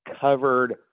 covered